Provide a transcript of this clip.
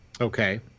okay